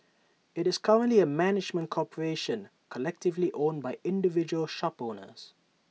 IT is currently A management corporation collectively owned by individual shop owners